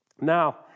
Now